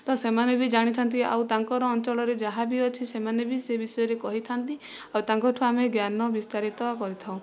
ତ ସେମାନେ ବି ଜାଣିଥାନ୍ତି ଆଉ ତାଙ୍କର ଅଞ୍ଚଳରେ ଯାହା ବି ଅଛି ସେମାନେ ବି ସେହି ବିଷୟରେ କହିଥାନ୍ତି ଆଉ ତାଙ୍କ ଠୁ ଆମେ ଜ୍ଞାନ ବିସ୍ତାରିତ କରିଥାଉ